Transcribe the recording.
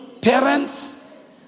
parents